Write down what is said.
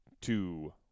two